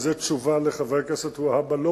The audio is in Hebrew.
וזאת תשובה לחבר הכנסת והבה.